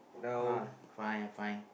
uh fine I'm fine